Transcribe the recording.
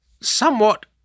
somewhat